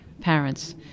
parents